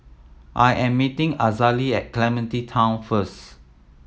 I am meeting Azalee at Clementi Town first